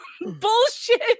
bullshit